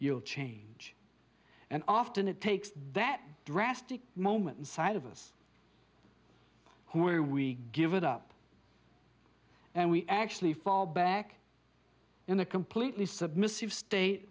you'll change and often it takes that drastic moment inside of us who are we give it up and we actually fall back in a completely submissive state